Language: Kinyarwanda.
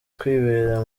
kwibera